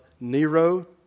Nero